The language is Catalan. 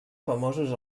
famosos